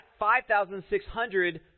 5,600